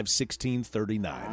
1639